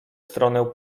stronę